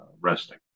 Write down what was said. resting